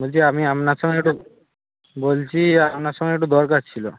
বলছি আমি আপনার সঙ্গে একটু বলছি আপনার সঙ্গে একটু দরকার ছিল